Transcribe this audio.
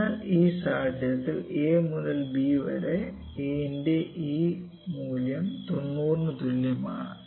അതിനാൽ ഈ സാഹചര്യത്തിൽ a മുതൽ b വരെ a ന്റെ ഈ മൂല്യം 90 ന് തുല്യമാണ്